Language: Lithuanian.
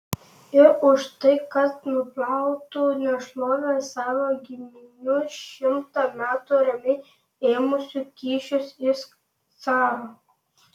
ir už tai kad nuplautų nešlovę savo giminių šimtą metų ramiai ėmusių kyšius iš caro